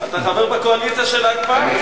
אתה חבר בקואליציה של ההקפאה.